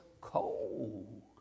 cold